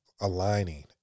aligning